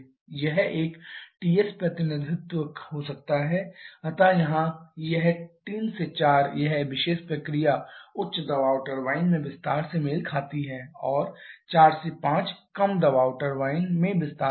यह एक Ts प्रतिनिधित्व हो सकता है अतः यहां यह 3 4 यह विशेष प्रक्रिया उच्च दबाव टरबाइन में विस्तार से मेल खाती है और 4 5 कम दबाव टर्बाइन में विस्तार है